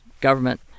government